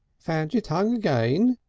found your tongue again,